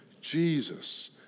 Jesus